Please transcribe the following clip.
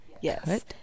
yes